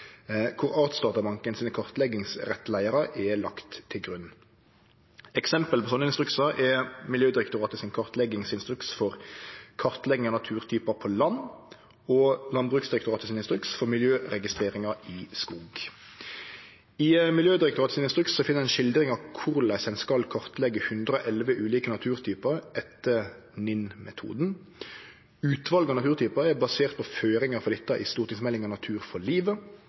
er lagde til grunn. Eksempel på sånne instruksar er Miljødirektoratets kartleggingsinstruks for kartlegging av naturtypar på land og Landbruksdirektoratets instruks for miljøregistreringar i skog. I instruksen frå Miljødirektoratet finn ein skildringar av korleis ein skal kartleggje 111 ulike naturtypar etter NiN-metoden. Utvalet av naturtypar er basert på føringar for dette i stortingsmeldinga Natur for livet,